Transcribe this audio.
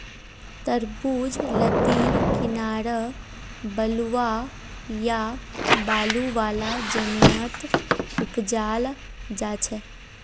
तरबूज लद्दीर किनारअ बलुवा या बालू वाला जमीनत उपजाल जाछेक